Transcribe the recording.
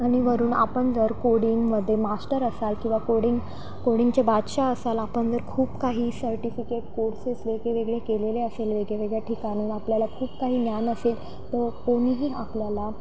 आणि वरून आपण जर कोडिंगमध्ये मास्टर असाल किंवा कोडिंग कोडिंगचे बादशहा असाल आपण जर खूप काही सर्टिफिकेट कोर्सेस वेगळेवेगळे केलेले असेल वेगळ्यावेगळ्या ठिकाणाहून आपल्याला खूप काही ज्ञान असेल तो कोणीही आपल्याला